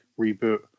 reboot